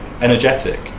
energetic